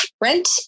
rent